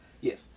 Yes